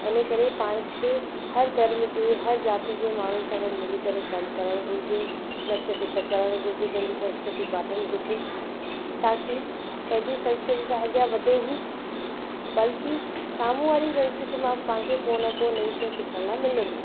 ऐं इन करे पाण खे हर धर्म जे हर ज़ाति जे माण्हु जी सां मिली करे कमु करण घुरिजे नच टप करणु घुरिजे पंहिंजी संस्कृति बांटनि घुरिजे ताकि पंहिंजी संस्कृति त अॻियां वधे ई बल्कि सामुहूं वारे जी संस्कृति मां पाण खे कोई न कोई नई शइ सिखण लाइ मिलंदी